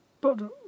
But